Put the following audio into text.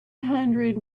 hundred